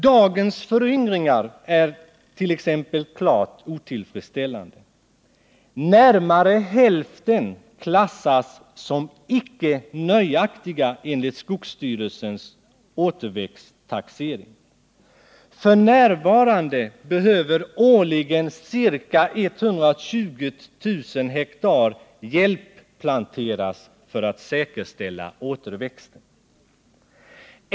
Dagens föryngringar är t.ex. klart otillfredsställande. Närmare hälften klassas som ”icke nöjaktiga” enligt skogsvårdsstyrelsens återväxttaxering. F. n. behöver årligen ca 120 000 ha hjälpplanteras, för att man skall säkerställa återväxten.